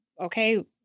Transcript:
okay